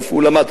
איפה הוא למד,